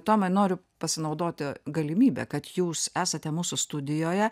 tomai noriu pasinaudoti galimybe kad jūs esate mūsų studijoje